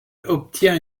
obtient